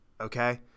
Okay